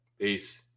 Peace